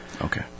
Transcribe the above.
Okay